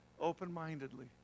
open-mindedly